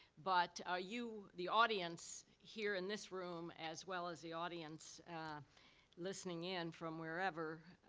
but ah you the audience, here in this room, as well as the audience listening in from wherever,